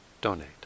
donate